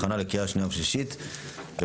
הכנה לקריאה שנייה ושלישית ובהמשך,